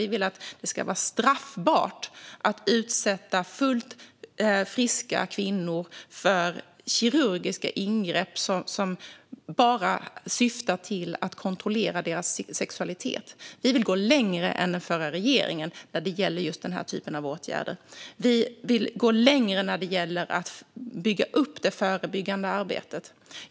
Vi vill att det ska vara straffbart att utsätta fullt friska kvinnor för kirurgiska ingrepp vars enda syfte är att kontrollera deras sexualitet. Här vill vi gå längre än den förra regeringen. Vi vill även gå längre i att bygga upp det förebyggande arbetet.